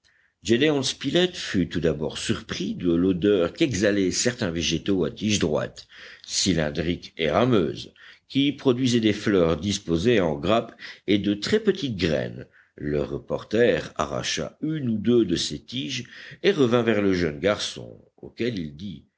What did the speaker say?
spilett fut tout d'abord surpris de l'odeur qu'exhalaient certains végétaux à tiges droites cylindriques et rameuses qui produisaient des fleurs disposées en grappes et de très petites graines le reporter arracha une ou deux de ces tiges et revint vers le jeune garçon auquel il dit